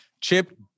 Chip